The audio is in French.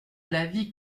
l’avis